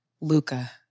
Luca